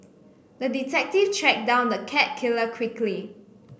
the detective tracked down the cat killer quickly